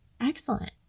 Excellent